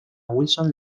wilson